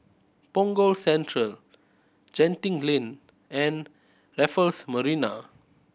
Punggol Central Genting Lane and Raffles Marina